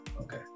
okay